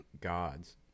gods